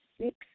six